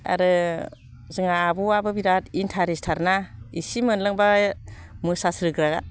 आरो जोंहा आब'आबो बिराद इन्थारेस्टथार ना इसे मोनलोंबा मोसासोग्रा